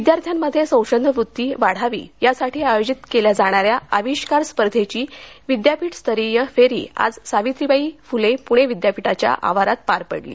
विद्यार्थ्यांमध्ये संशोधन व्रत्ती वाढावी यासाठी आयोजित केल्या जाणाऱ्या आविष्कार स्पर्धेची विद्यापीठस्तरीय फेरी आज सावित्रीबाई फुले पुणे विद्यापीठाच्या आवारात पार पडली